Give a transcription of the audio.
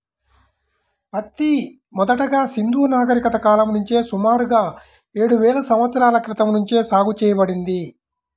పత్తి మొదటగా సింధూ నాగరికత కాలం నుంచే సుమారుగా ఏడువేల సంవత్సరాల క్రితం నుంచే సాగు చేయబడింది